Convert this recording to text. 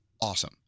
awesome